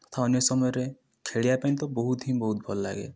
ହଁ ଅନ୍ୟ ସମୟରେ ଖେଳିବା ପାଇଁ ତ ବହୁତ ହିଁ ବହୁତ ଭଲ ଲାଗେ